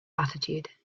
attitude